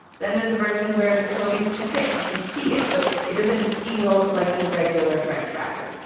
then there's a version where the coating's too thick. you can see it. so it doesn't feel like a regular french fry.